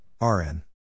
RN